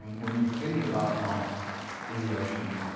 when you think about life in the ocean,